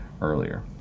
earlier